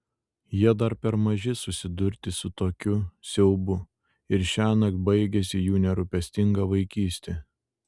jie dar per maži susidurti su tokiu siaubu ir šiąnakt baigiasi jų nerūpestinga vaikystė